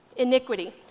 iniquity